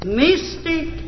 mystic